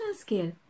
scale